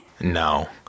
No